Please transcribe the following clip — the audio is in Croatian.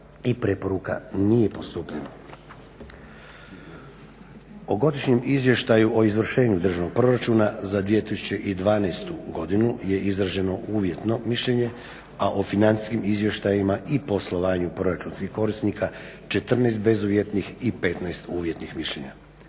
i preporuka nije postupljeno. O Godišnjem izvještaju o izvršenju Državnog proračuna za 2012. godinu je izraženo uvjetno mišljenje, a o financijskim izvještajima i poslovanju proračunskih korisnika 14 bezuvjetnih i 15 uvjetnih mišljenja.